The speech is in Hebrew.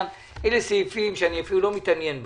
אלה סעיפים שאני אפילו לא מתעניין בהם.